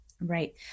right